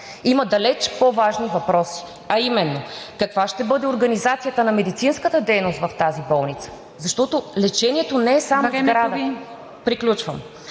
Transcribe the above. Има далеч по-важни въпроси, а именно каква ще бъде организацията на медицинската дейност в тази болница. Защото лечението не е само сградата.